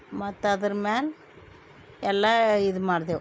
ಮತ್ತೆ ಅದರ ಮ್ಯಾಲೆ ಎಲ್ಲ ಇದು ಮಾಡ್ದೆವು